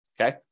Okay